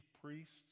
priests